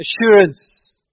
assurance